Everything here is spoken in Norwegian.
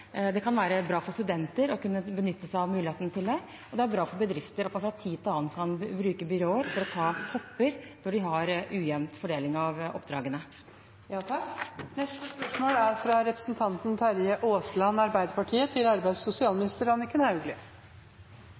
Det kan være bra for studenter å kunne benytte seg av denne muligheten, og det er bra for bedrifter at de fra tid til annen kan bruke byråer for å ta topper når de har ujevn fordeling av oppdragene. Jeg tillater meg å stille statsråden følgende spørsmål: «Statsråden har tildelt Den norske arbeidsmiljøprisen til